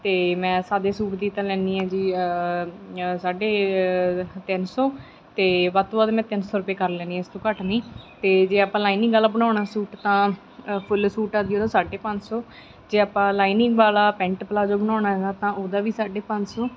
ਅਤੇ ਮੈਂ ਸਾਦੇ ਸੂਟ ਤਾਂ ਲੈਂਦੀ ਹਾਂ ਜੀ ਸਾਢੇ ਤਿੰਨ ਸੌ ਅਤੇ ਵੱਧ ਤੋਂ ਵੱਧ ਮੈਂ ਤਿੰਨ ਸੌ ਰੁਪਏ ਕਰ ਲੈਂਦੀ ਹਾਂ ਇਸ ਤੋਂ ਘੱਟ ਨਹੀਂ ਅਤੇ ਜੇ ਆਪਾਂ ਲਾਈਨਿੰਗ ਵਾਲਾ ਬਣਾਉਣਾ ਸੂਟ ਤਾਂ ਫੁੱਲ ਸੂਟ ਆਦਿ ਉਹਦਾ ਸਾਢੇ ਪੰਜ ਸੌ ਜੇ ਆਪਾਂ ਲਾਈਨਿੰਗ ਵਾਲਾ ਪੈਂਟ ਪਲਾਜੋ ਬਣਾਉਣਾ ਹੈਗਾ ਤਾਂ ਉਹਦਾ ਵੀ ਸਾਢੇ ਪੰਜ ਸੌ